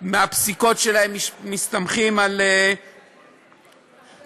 מהפסיקות שלהם